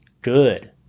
good